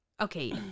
Okay